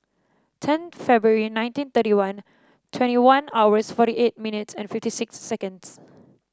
ten February nineteen thirty one twenty one hours forty eight minutes and fifty six seconds